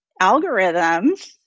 algorithms